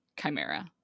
chimera